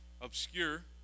obscure